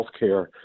healthcare